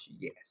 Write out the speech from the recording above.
yes